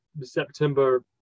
September